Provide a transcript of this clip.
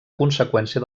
conseqüència